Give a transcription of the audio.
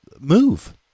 move